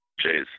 Jays